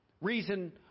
Reason